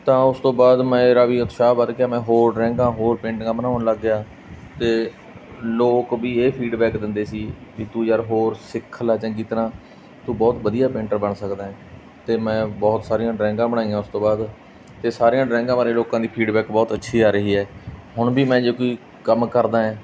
ਤਾਂ ਉਸ ਤੋਂ ਬਾਅਦ ਮੇਰਾ ਵੀ ਉਤਸ਼ਾਹ ਵਧ ਗਿਆ ਮੈਂ ਹੋਰ ਡਰਾਇੰਗਾਂ ਹੋਰ ਪੇਂਟਿੰਗਾਂ ਬਣਾਉਣ ਲੱਗ ਗਿਆ ਅਤੇ ਲੋਕ ਵੀ ਇਹ ਫੀਡਬੈਕ ਦਿੰਦੇ ਸੀ ਵੀ ਤੂੰ ਯਾਰ ਹੋਰ ਸਿੱਖ ਲੈ ਚੰਗੀ ਤਰ੍ਹਾਂ ਤੂੰ ਬਹੁਤ ਵਧੀਆ ਪੇਂਟਰ ਬਣ ਸਕਦਾ ਅਤੇ ਮੈਂ ਬਹੁਤ ਸਾਰੀਆਂ ਡਰਾਇੰਗਾਂ ਬਣਾਈਆਂ ਉਸ ਤੋਂ ਬਾਅਦ ਤਾਂ ਸਾਰੀਆਂ ਡਰਾਇੰਗਾਂ ਬਾਰੇ ਲੋਕਾਂ ਦੀ ਫੀਡਬੈਕ ਬਹੁਤ ਅੱਛੀ ਆ ਰਹੀ ਹੈ ਹੁਣ ਵੀ ਮੈਂ ਜੇ ਕੋਈ ਕੰਮ ਕਰਦਾ ਹਾਂ